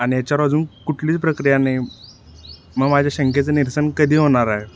आणि याच्यावर अजून कुठलीच प्रक्रिया नाही मग माझ्या शंकेचं निरसन कधी होणार आहे